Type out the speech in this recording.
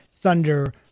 Thunder